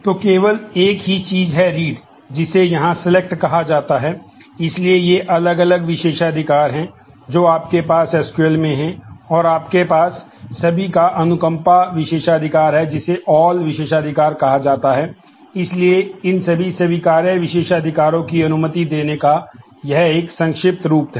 तो केवल एक ही चीज है रीड विशेषाधिकार कहा जाता है इसलिए इन सभी स्वीकार्य विशेषाधिकारों की अनुमति देने का यह एक संक्षिप्त रूप है